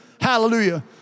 Hallelujah